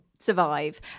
survive